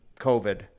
COVID